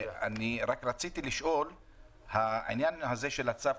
רציתי לשאול לגבי העניין של הצו.